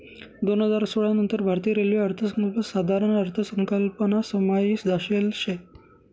दोन हजार सोळा नंतर भारतीय रेल्वे अर्थसंकल्प साधारण अर्थसंकल्पमा समायी जायेल शे